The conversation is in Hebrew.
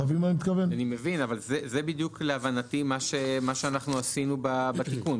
להבנתי זה בדיוק מה שעשינו בתיקון.